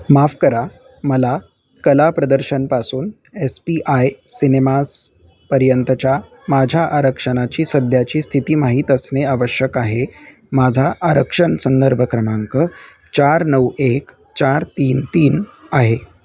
माफ करा मला कला प्रदर्शनपासून एस पी आय सिनेमास पर्यंतच्या माझ्या आरक्षणाची सध्याची स्थिती माहीत असणे आवश्यक आहे माझा आरक्षण संदर्भ क्रमांक चार नऊ एक चार तीन तीन आहे